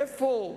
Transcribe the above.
איפה?